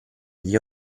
gli